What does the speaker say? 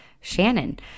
Shannon